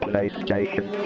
PlayStation